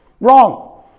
Wrong